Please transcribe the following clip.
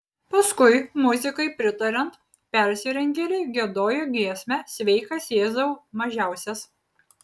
paskui muzikai pritariant persirengėliai giedojo giesmę sveikas jėzau mažiausias